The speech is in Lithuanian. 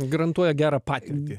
garantuoja gerą patirtį